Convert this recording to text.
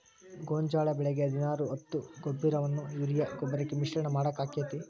ಗೋಂಜಾಳ ಬೆಳಿಗೆ ಹದಿನಾರು ಹತ್ತು ಗೊಬ್ಬರವನ್ನು ಯೂರಿಯಾ ಗೊಬ್ಬರಕ್ಕೆ ಮಿಶ್ರಣ ಮಾಡಾಕ ಆಕ್ಕೆತಿ?